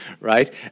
right